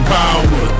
power